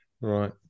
Right